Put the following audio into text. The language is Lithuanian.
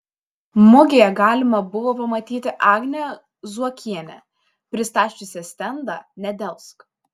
mugėje galima buvo pamatyti agnę zuokienę pristačiusią stendą nedelsk